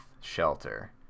shelter